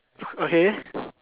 okay